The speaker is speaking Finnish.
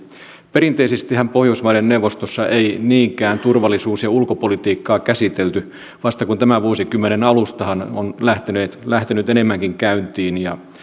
perinteisestihän pohjoismaiden neuvostossa ei niinkään turvallisuus ja ulkopolitiikkaa käsitelty vasta tämän vuosikymmenen alustahan se on lähtenyt enemmänkin käyntiin